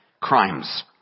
crimes